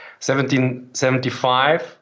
1775